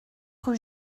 rue